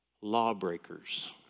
lawbreakers